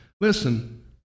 Listen